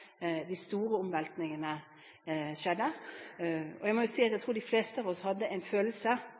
de store omveltningene skjedde. Jeg må jo si at jeg tror de fleste av oss hadde en følelse